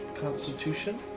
Constitution